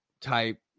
type